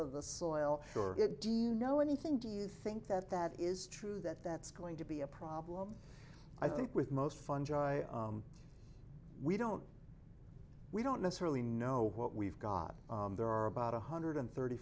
of the soil do you know anything do you think that that is true that that's going to be a problem i think with most fungi we don't we don't necessarily know what we've got there are about one hundred thirty